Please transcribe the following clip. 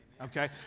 Okay